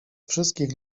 wszystkich